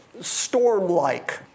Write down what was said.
storm-like